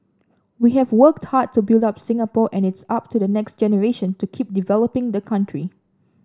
we have worked hard to build up Singapore and it's up to the next generation to keep developing the country